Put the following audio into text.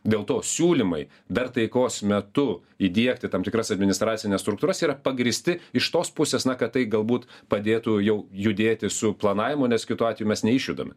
dėl to siūlymai dar taikos metu įdiegti tam tikras administracines struktūras yra pagrįsti iš tos pusės na kad tai galbūt padėtų jau judėti su planavimu nes kitu atveju mes neišjudame